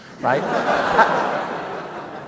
Right